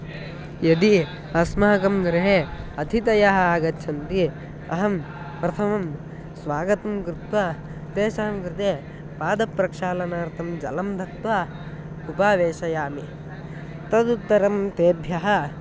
यदि अस्माकं गृहे अतिथयः आगच्छन्ति अहं प्रथमं स्वागतं कृत्वा तेषां कृते पादप्रक्षालनार्थं जलं दत्वा उपवेशयामि तदुत्तरं तेभ्यः